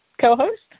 co-host